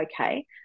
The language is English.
okay